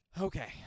Okay